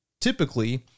typically